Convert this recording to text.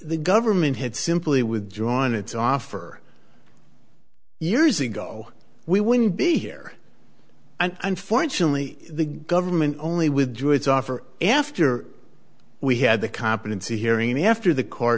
the government had simply withdrawn its offer years ago we wouldn't be here and unfortunately the government only withdrew its offer after we had the competency hearing after the c